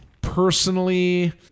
Personally